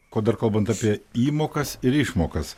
ko dar kalbant apie įmokas ir išmokas